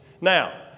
Now